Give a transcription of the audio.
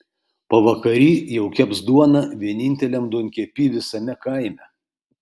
pavakary jau keps duoną vieninteliam duonkepy visame kaime